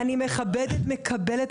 אני מכבדת ומקבלת.